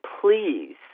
please